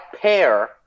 pair